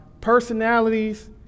personalities